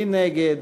מי נגד?